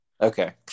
Okay